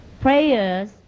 Prayers